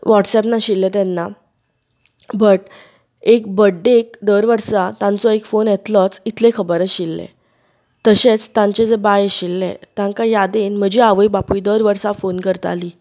WhatsApp नाशिल्लें तेन्ना but एक बर्डेक दर वर्सां तांचो एक फोन येतलोच इतलें खबर आशिल्लें तशेंच तांचे जें बाय आशिल्लें तांका यादीन म्हजी आवय बापूय दर वर्सां फोन करतालीं